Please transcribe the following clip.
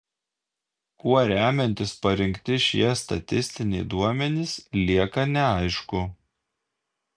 kuo remiantis parinkti šie statistiniai duomenys lieka neaišku